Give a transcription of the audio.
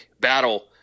battle